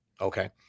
Okay